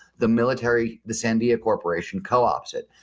the military, the sandia corporation coops it.